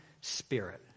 Spirit